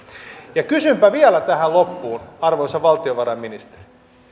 kysynpä vielä tähän loppuun arvoisa valtiovarainministeri